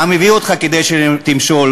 העם הביא אותך כדי שתוכל למשול.